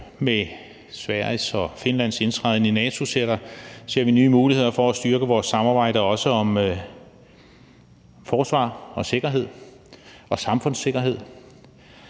med Sveriges og Finlands indtræden i NATO nye muligheder for at styrke vores samarbejde, også om forsvar og sikkerhed og samfundssikkerhed.